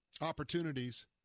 opportunities